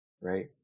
right